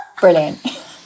Brilliant